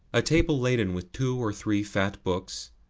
a table laden with two or three fat books,